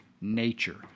nature